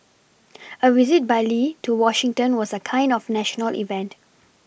a visit by Lee to Washington was a kind of national event